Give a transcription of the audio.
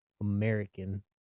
American